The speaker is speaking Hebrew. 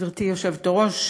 גברתי היושבת-ראש,